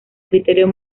criterio